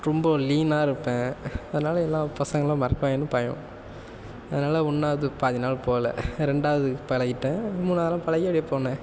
ரொம்ப லீனாக இருப்பேன் அதனால எல்லாம் பசங்கலாம் மிரட்வாய்ங்கன்னு பயம் அதனால ஒன்றாவது பாதி நாள் போல் ரெண்டாவது பழகிட்டேன் மூணாவதுலாம் பழகி அப்படியே போனேன்